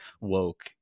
woke